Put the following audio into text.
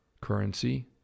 currency